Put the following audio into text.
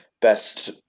best